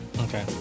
Okay